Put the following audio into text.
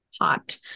Hot